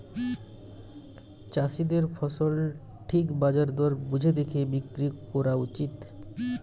চাষীদের ফসল ঠিক বাজার দর বুঝে দেখে বিক্রি কোরা উচিত